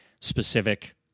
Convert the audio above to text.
specific